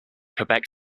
quebec